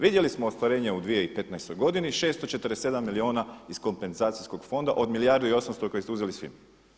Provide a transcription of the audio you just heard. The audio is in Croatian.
Vidjeli smo ostvarenja u 2015. godini 647 milijuna iz kompenzacijskog fonda od 1 milijardu i 800 koje ste uzeli svima.